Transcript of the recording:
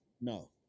no